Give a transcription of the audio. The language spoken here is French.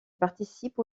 participe